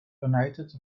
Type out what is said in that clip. united